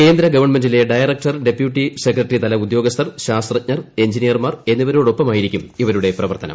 കേന്ദ്ര ഗവൺമെന്റിലെ director deputy സെക്രട്ടറിതല ഉദ്യോഗസ്ഥർ ശാസ്ത്രജ്ഞർ എഞ്ചിനിയർമാർ എന്നിവരോടൊപ്പമായിരിക്കും ഇവരുടെ പ്രവർത്തനം